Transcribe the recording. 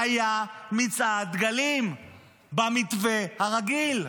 והיה מצעד דגלים במתווה הרגיל.